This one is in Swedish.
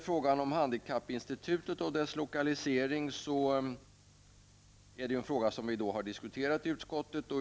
Frågan om handikappinstitutet och dess lokalisering har vi diskuterat i utskottet.